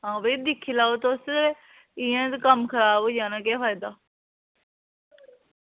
आं भई दिक्खी लैयो तुस इंया ते कम्म खराब होई जाना केह् फायदा